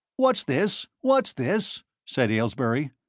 what's this, what's this? said aylesbury.